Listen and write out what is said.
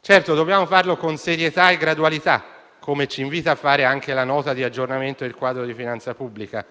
Certo, dobbiamo farlo con serietà e gradualità, come ci invita a fare anche la Nota di aggiornamento nel quadro di finanza pubblica.